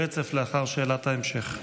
ברצף לאחר שאלת ההמשך.